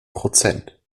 prozent